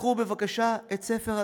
תפתחו בבקשה את ספר התקציב,